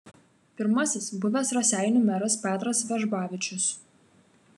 pirmasis buvęs raseinių meras petras vežbavičius